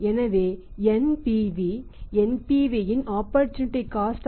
எனவே NPV NPVஇன் opportunity cost